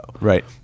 Right